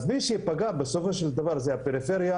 מי שייפגע בסופו של דבר זו הפריפריה,